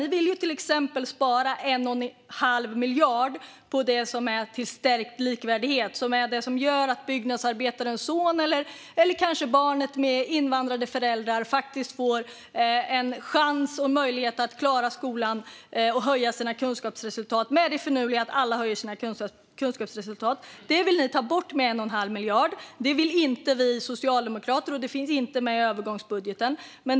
Ni vill till exempel spara 1 1⁄2 miljard på det som är till stärkt likvärdighet - det som gör att byggnadsarbetarens son eller kanske barnet med invandrade föräldrar faktiskt får en chans och möjlighet att klara skolan och höja sina kunskapsresultat med det finurliga att alla höjer sina kunskapsresultat. Det vill ni ta bort 1 1⁄2 miljard från. Det vill inte vi socialdemokrater, och det finns inte med i övergångsbudgeten.